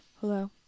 hello